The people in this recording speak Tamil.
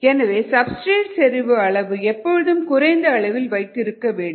எனவே சப்ஸ்டிரேட் செறிவு அளவு எப்பொழுதும் குறைந்த அளவில் வைத்திருக்க வேண்டும்